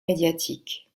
médiatique